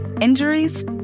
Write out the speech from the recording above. injuries